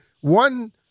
one